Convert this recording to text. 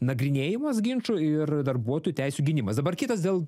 nagrinėjimas ginčo ir darbuotojų teisių gynimas dabar kitas dėl